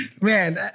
man